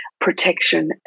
protection